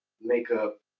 makeup